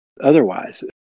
otherwise